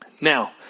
Now